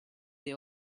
they